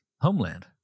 homeland